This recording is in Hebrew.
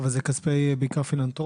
אלה בעיקר כספי פילנתרופיה.